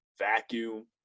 vacuum